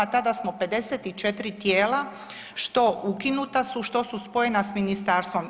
Tada smo 54 tijela što ukinuta su, što su spojena s ministarstvom.